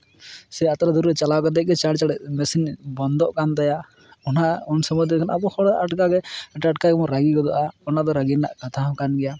ᱥᱮ ᱟᱛᱨᱟ ᱫᱩᱨᱟᱹ ᱪᱟᱞᱟᱣ ᱠᱟᱛᱮ ᱜᱮ ᱪᱟᱬ ᱪᱟᱬ ᱢᱮᱥᱤᱱ ᱵᱚᱱᱫᱚᱜ ᱠᱟᱱ ᱛᱟᱭᱟ ᱚᱱᱟ ᱩᱱ ᱥᱚᱢᱚᱭ ᱫᱚ ᱟᱵᱚ ᱦᱚᱲᱟᱜ ᱴᱟᱴᱠᱟ ᱜᱮ ᱨᱟᱹᱜᱤ ᱜᱚᱫᱚᱜᱼᱟ ᱚᱱᱟ ᱫᱚ ᱨᱟᱹᱜᱤ ᱨᱮᱱᱟᱜ ᱠᱟᱛᱷᱟ ᱦᱚᱸ ᱠᱟᱱ ᱜᱮᱭᱟ